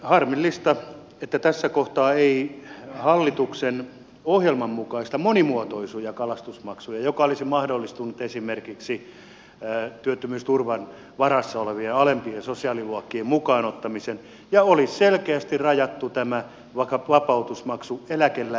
harmillista että tässä kohtaa ei ole hallituksen ohjelman mukaisia monimuotoisia kalastusmaksuja mikä olisi mahdollistanut esimerkiksi työttömyysturvan varassa olevien alempien sosiaaliluokkien mukaan ottamisen ja olisi selkeästi rajattu tämä vaikka vapautusmaksu eläkeläisyyteen